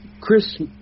Chris